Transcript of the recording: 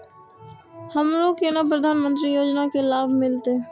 हमरो केना प्रधानमंत्री योजना की लाभ मिलते?